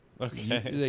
Okay